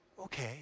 okay